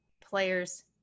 players